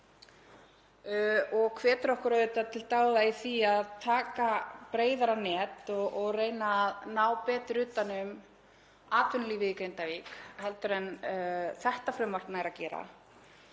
Það hvetur okkur auðvitað til dáða í því að hafa breiðara net og reyna að ná betur utan um atvinnulífið í Grindavík en þetta frumvarp nær að gera.